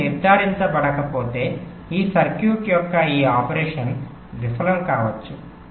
ఇది నిర్ధారించబడకపోతే ఈ సర్క్యూట్ యొక్క ఈ ఆపరేషన్ విఫలం కావచ్చు